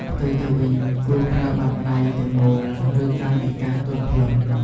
ផ្ទុយទៅវិញ គួរប្រើបាតដៃទាំងមូល ឬកាយវិការទន់ភ្លន់។